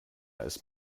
ist